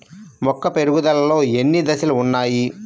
మొక్క పెరుగుదలలో ఎన్ని దశలు వున్నాయి?